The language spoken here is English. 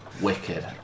Wicked